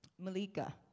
Malika